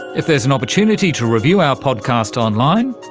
if there's an opportunity to review our podcast online,